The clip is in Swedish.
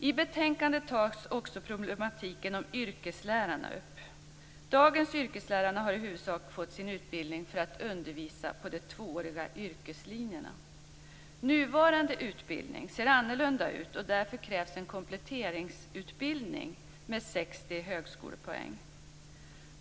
I betänkandet tas också problematiken om yrkeslärarna upp. Dagens yrkeslärare har i huvudsak fått sin utbildning för att undervisa på de tvååriga yrkeslinjerna. Nuvarande utbildning ser annorlunda ut, och därför krävs en kompletteringsutbildning med 60 högskolepoäng.